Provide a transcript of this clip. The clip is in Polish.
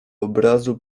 obrazu